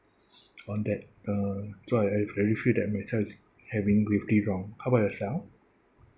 on that uh so I I I really feel that myself is having gravely wrong how about yourself